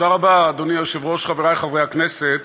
אדוני היושב-ראש, תודה רבה, חברי חברי הכנסת,